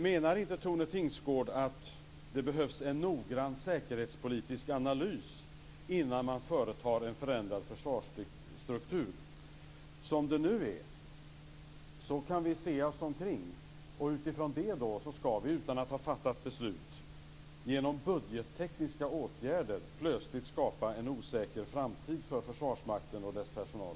Menar inte Tone Tingsgård att det behövs en noggrann säkerhetspolitisk analys innan man företar en förändrad försvarsstruktur? Som det nu är kan vi se oss omkring, och utifrån det skall vi, utan att ha fattat beslut, genom budgettekniska åtgärder plötsligt skapa en osäker framtid för Försvarsmakten och dess personal.